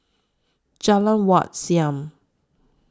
Jalan Wat Siam